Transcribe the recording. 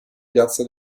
piazza